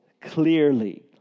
clearly